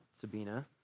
Sabina